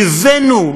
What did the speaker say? ייבאנו,